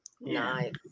Nice